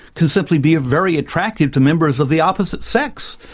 can simply be very attractive to members of the opposite sex.